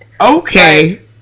okay